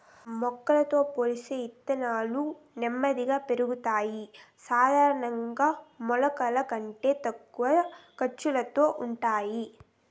మొలకలతో పోలిస్తే ఇత్తనాలు నెమ్మదిగా పెరుగుతాయి, సాధారణంగా మొలకల కంటే తక్కువ ఖర్చుతో ఉంటాయి